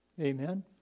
Amen